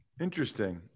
Interesting